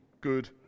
good